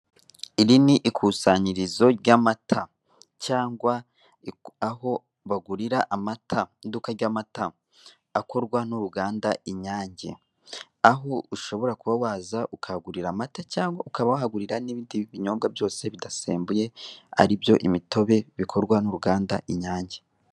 Iri ni ikusanyirizo ry'amata cyangwa aho bagurira amata, iduka ry'amata, akorwa n'uruganda inyange, aho ushobora kuba waza ukahagurira amata cyangwa ukaba wahagurira n'ibindi binyobwa byose bidasembuye aribyo imitobe bikorwa n'uruganda inyange.